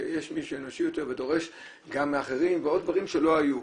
שיש מישהו אנושי יותר ודורש גם מאחרים ועוד דברים שלא היו.